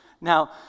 Now